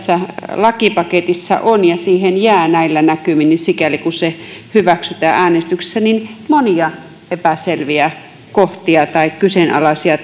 lakipaketissa on ja siihen jää näillä näkymin sikäli kuin se hyväksytään äänestyksessä monia epäselviä kohtia tai kyseenalaisia